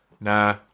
nah